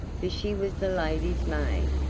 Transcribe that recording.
for she was the lady's maid.